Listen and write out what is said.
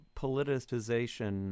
politicization